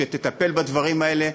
שתטפל בדברים האלה,